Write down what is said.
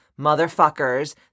motherfuckers